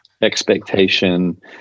expectation